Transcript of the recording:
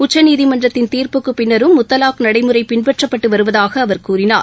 உச்சநீதிமன்றத்தின் தீர்ப்புக்குபின்னரும் முத்தவாக் நடைமுறைபின்பற்றப்பட்டுவருவதாகஅவர் கூறினார்